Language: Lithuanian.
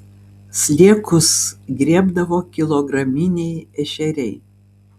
sliekus griebdavo kilograminiai ešeriai